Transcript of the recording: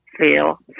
feel